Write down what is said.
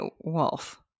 wolf